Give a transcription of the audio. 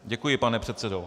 Děkuji, pane předsedo.